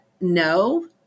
no